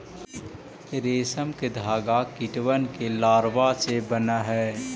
रेशम के धागा कीटबन के लारवा से बन हई